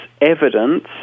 evidence